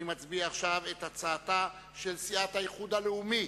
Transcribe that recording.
אני מצביע עכשיו על הצעתה של סיעת האיחוד הלאומי.